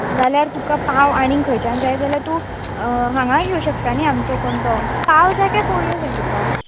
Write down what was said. नाल्यार तुका पाव आनीक खंयच्यान जाय जाल्या तूं हांगाय येवं शकता न्ही आमचो कोण तो पाव जाय काय पोळयो जाय तुका